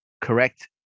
correct